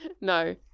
No